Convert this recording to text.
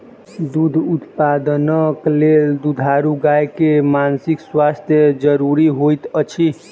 दूध उत्पादनक लेल दुधारू गाय के मानसिक स्वास्थ्य ज़रूरी होइत अछि